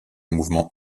mouvement